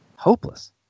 hopeless